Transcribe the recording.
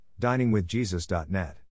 diningwithjesus.net